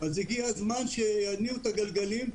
הגיע הזמן שיניעו את הגלגלים,